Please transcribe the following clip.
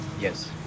Yes